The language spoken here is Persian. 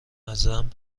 ازم